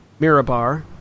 Mirabar